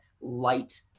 light